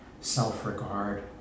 self-regard